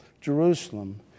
Jerusalem